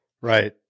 Right